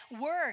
work